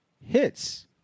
hits